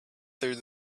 through